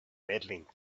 medaling